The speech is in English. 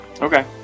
Okay